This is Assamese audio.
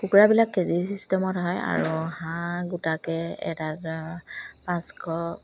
কুকুৰাবিলাক কেজি ছিষ্টেমত হয় আৰু হাঁহ গোটাকে এটা পাঁচশ